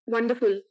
Wonderful